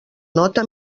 nota